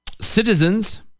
Citizens